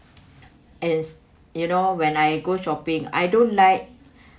as you know when I go shopping I don't like